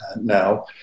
now